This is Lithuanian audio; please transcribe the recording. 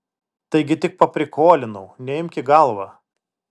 taigi tik paprikolinau neimk į galvą